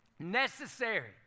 Necessary